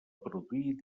produir